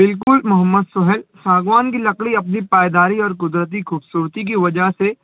بالکل محمد سہیل ساگوان کی لکڑی اپنی پائیداری اور قدرتی خوبصورتی کی وجہ سے